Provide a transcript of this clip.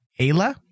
Ayla